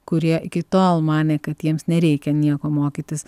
kurie iki tol manė kad jiems nereikia nieko mokytis